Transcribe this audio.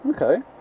Okay